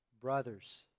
brother's